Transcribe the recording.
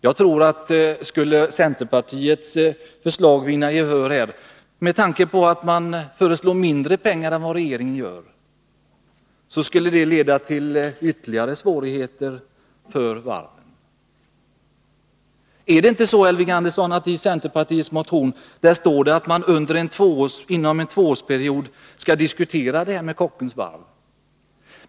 Jag tror att skulle centerpartiets förslag vinna gehör här, skulle det, med tanke på att man föreslår mindre pengar än regeringen gör, leda till ytterligare svårigheter för varvet. Är det inte så, Elving Andersson, att det står i centerpartiets motion att man inom en tvåårsperiod skall diskutera det här med Kockums varv?